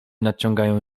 nadciągają